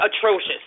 atrocious